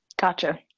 Gotcha